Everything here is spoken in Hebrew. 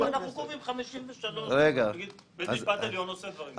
אנחנו קובעים 53. בית משפט עליון עושה דברים כאלה.